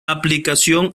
aplicación